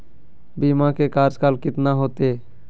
बीमा के कार्यकाल कितना होते?